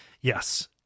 Yes